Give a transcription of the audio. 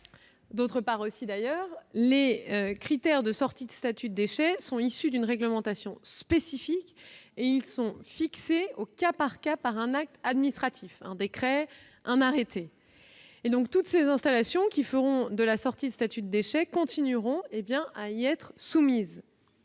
solidaire. Par ailleurs, les critères de sortie du statut de déchet sont issus d'une réglementation spécifique et fixés, au cas par cas, par un acte administratif, décret ou arrêté. Toutes les installations qui « feront » de la sortie de statut de déchet continueront donc d'y être soumises.